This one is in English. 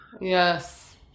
Yes